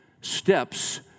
steps